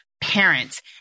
parents